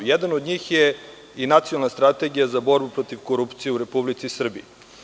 Jedan od njih je i Nacionalna strategija za borbu protiv korupcije u Republici Srbiji.